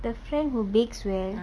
the friend who bakes well